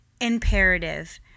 imperative